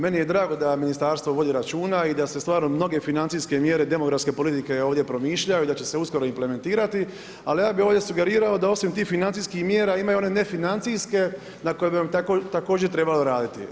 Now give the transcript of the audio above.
Meni je drago da Ministarstvo vodi računa, i da se stvarno mnoge financijske mjere demografske politike ovdje promišljaju i da će se uskoro implementirati, ali ja bih ovdje sugerirao da se ovdje osim tih financijskih mjera imaju i one nefinancijske na kojima bi također trebalo raditi.